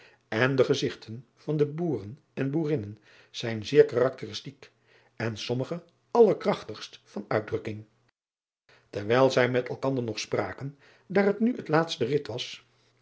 en de gezigten van de boeren en boerinnen zijn zeer karakteristiek en sommige allerkrachtigst van uitdrukking erwijl zij met elkander nog spraken daar het nu het laatste rit was